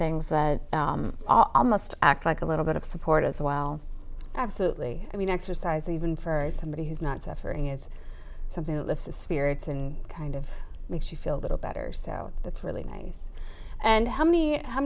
things that almost act like a little bit of support us while absolutely i mean exercise even for somebody who's not suffering is something to lift the spirits and kind of makes you feel a little better so that's really nice and how many how